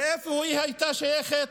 ולאן היא הייתה שייכת?